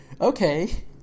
okay